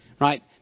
right